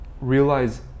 realize